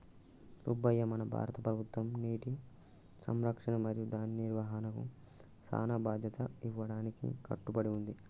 సుబ్బయ్య మన భారత ప్రభుత్వం నీటి సంరక్షణ మరియు దాని నిర్వాహనకు సానా ప్రదాన్యత ఇయ్యడానికి కట్టబడి ఉంది